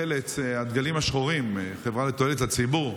בקשר לחל"צ הדגלים השחורים, חברה לתועלת הציבור,